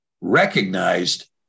recognized